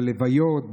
בלוויות,